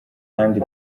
kandi